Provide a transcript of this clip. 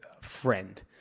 friend